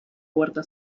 huerta